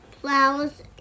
plows